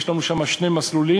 יש לנו שם שני מסלולים: